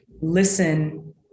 listen